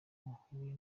uhuye